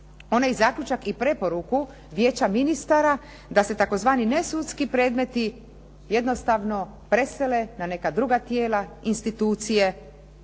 onaj zaključak i preporuku Vijeća ministara da se tzv. nesudski predmeti jednostavno presele na neka druga tijela, institucije